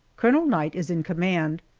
colonel knight is in command,